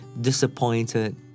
disappointed